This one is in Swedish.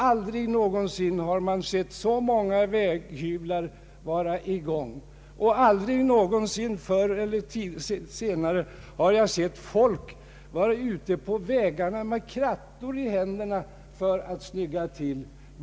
Aldrig någonsin har man sett så många väghyvlar vara i gång och aldrig någonsin förr eller senare har jag sett folk vara ute på vägarna med krattor i händerna för att snygga till.